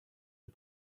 une